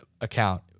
account